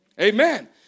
Amen